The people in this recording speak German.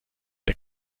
der